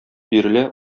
бирелә